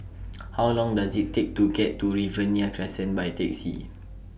How Long Does IT Take to get to Riverina Crescent By Taxi